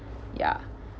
ya